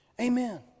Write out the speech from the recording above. Amen